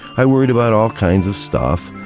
i worried about all kinds of stuff.